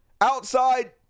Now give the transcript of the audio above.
outside